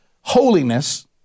holiness